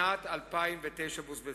שנת 2009 בוזבזה,